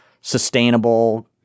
sustainable